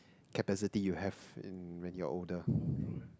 capacity you have in radio order